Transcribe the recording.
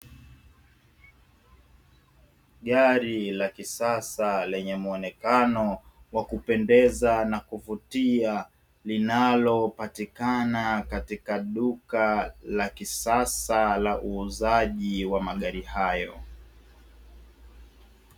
Gari la kisasa lenye muonekano wa kupendeza na kuvutia, linalopatikana katika duka la kisasa la uuzaji wa magari hayo.